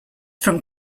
from